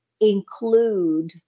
include